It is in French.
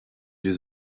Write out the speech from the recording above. deux